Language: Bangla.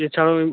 এছাড়াও